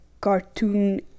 cartoon